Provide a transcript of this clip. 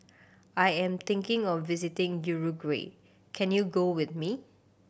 I am thinking of visiting Uruguay can you go with me